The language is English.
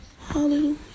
Hallelujah